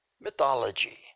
Mythology